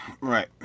Right